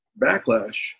backlash